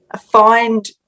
find